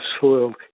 soil